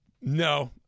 No